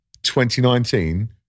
2019